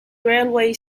railway